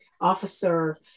officer